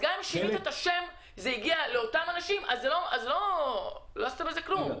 גם אם שינית את השם וזה יגיע לאותם אנשים אז לא עשית כלום.